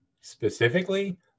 specifically